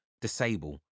disable